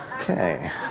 Okay